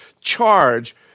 charge